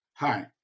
Hi